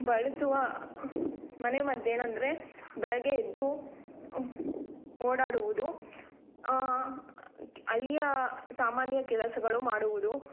ಬಳಸುವ ಮನೆಮದ್ದು ಏನಂದರೆ ಬೆಳಗ್ಗೆ ಎದ್ದು ಓಡಾಡುವುದು ಹಳ್ಳಿಯ ಸಾಮಾನ್ಯ ಕೆಲಸಗಳು ಮಾಡುವುದು